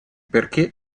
perché